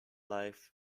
life